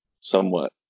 somewhat